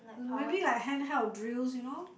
may maybe like handheld drills you know